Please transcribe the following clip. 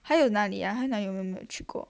还有哪里啊还有哪里我们没有去过